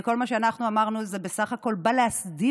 וכל מה שאנחנו אמרנו בסך הכול בא להסדיר